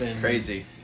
Crazy